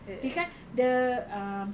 kirakan the um